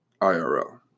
IRL